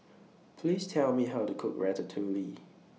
Please Tell Me How to Cook Ratatouille